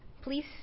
Please